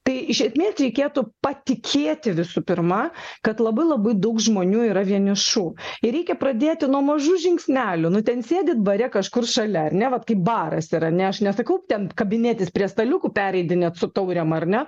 tai iš esmės reikėtų patikėti visų pirma kad labai labai daug žmonių yra vienišų ir reikia pradėti nuo mažų žingsnelių nu ten sėdit bare kažkur šalia ar ne vat kaip baras yra ne aš nesakau ten kabinėtis prie staliukų pereidinėt su taurėm ar ne